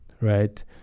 right